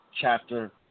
Chapter